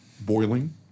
boiling